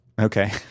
Okay